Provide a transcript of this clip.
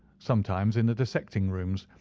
sometimes in the dissecting-rooms,